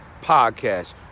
Podcast